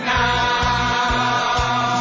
now